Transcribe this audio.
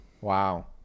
wow